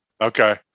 okay